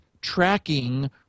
tracking